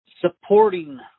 Supporting